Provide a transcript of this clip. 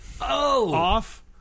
off